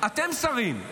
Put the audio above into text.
אתם שרים.